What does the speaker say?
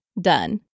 done